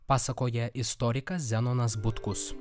pasakoja istorikas zenonas butkus